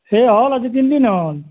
হে হ'ল আজি তিনিদিন হ'ল